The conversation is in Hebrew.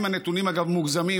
גם אם הנתונים מוגזמים,